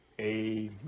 amen